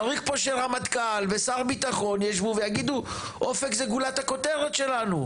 צריך פה שרמטכ"ל ושר ביטחון ישבו ויגידו אופק זה גולת הכותרת שלנו,